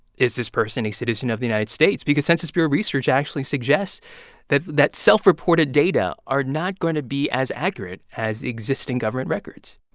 is this person a citizen of the united states? because census bureau research actually suggests that that self-reported data is not going to be as accurate as existing government records.